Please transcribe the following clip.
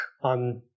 on